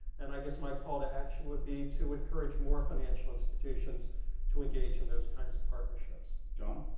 and i guess my call to action would be to encourage more financial institutions to engage in those kind of partnerships. john?